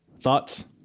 Thoughts